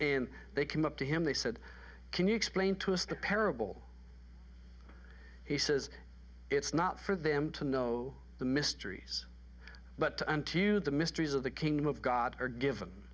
and they come up to him they said can you explain to us the parable he says it's not for them to know the mysteries but unto you the mysteries of the kingdom of god are given